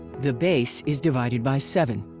the base is divided by seven.